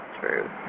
true